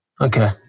Okay